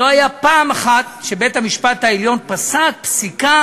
לא הייתה פעם אחת שבית-המשפט העליון פסק פסיקה